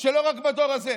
שלא רק בדור הזה.